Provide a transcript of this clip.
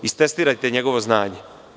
Onda istestirajte njegovo znanje.